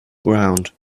ground